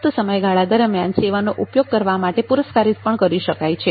સુસ્ત સમયગાળા દરમિયાન સેવાનો ઉપયોગ કરવા માટે પુરસ્કારીત પણ કરી શકાય છે